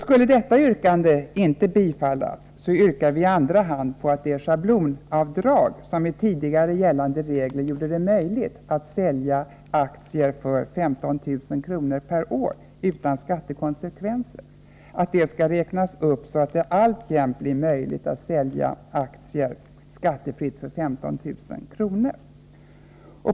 Skulle detta yrkande inte bifallas, yrkar vi i andra hand att det schablonavdrag som med tidigare gällande regler gjorde det möjligt att sälja aktier för 15 000 kr. per år utan skattekonsekvenser räknas upp, så att det alltjämt blir möjligt att sälja aktier skattefritt för 15 000 kr.